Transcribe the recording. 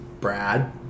Brad